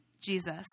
Jesus